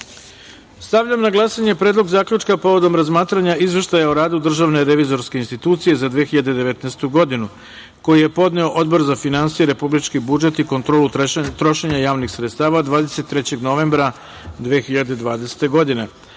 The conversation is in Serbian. na glasanje – Predlog zaključka povodom razmatranja Izveštaja o radu Državne revizorske institucije za 2019. godinu, koji je podneo Odbor za finansije, republički budžet i kontrolu trošenja javnih sredstava 23. novembra 2020. godine. Molim